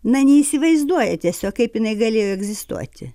na neįsivaizduoja tiesiog kaip jinai galėjo egzistuoti